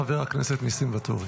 חבר הכנסת ניסים ואטורי.